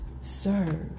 serve